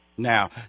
Now